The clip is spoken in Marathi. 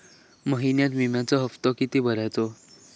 महिन्यात विम्याचो हप्तो किती भरायचो?